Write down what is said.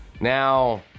Now